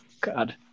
God